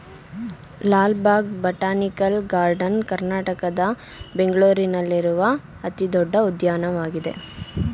Lal Bagh botanical garden ಕರ್ನಾಟಕದ ಬೆಂಗಳೂರಿನಲ್ಲಿರುವ ಅತಿ ದೊಡ್ಡ ಉದ್ಯಾನವನವಾಗಿದೆ